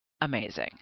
amazing